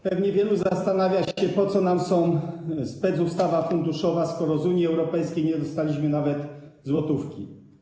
Pewnie wielu zastanawia się, na co nam jest specustawa funduszowa, skoro z Unii Europejskiej nie dostaliśmy nawet złotówki.